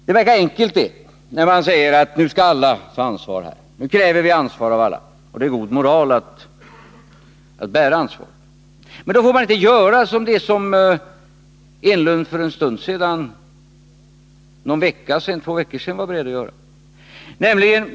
Det verkar enkelt när man säger att det krävs att alla skall ta ansvar och att det är god moral att bära ansvar. Men då får man inte göra som Eric Enlund för ungefär två veckor sedan var beredd att göra.